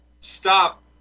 stop